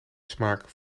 smaak